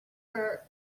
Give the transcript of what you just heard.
her